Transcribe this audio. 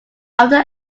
after